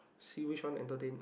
see which one entertain